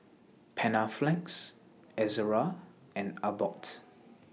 Panaflex Ezerra and Abbott